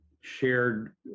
shared